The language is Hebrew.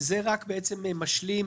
זה משלים,